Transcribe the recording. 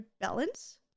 balance